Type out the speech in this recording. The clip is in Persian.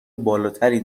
بالاتری